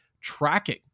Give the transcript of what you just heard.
tracking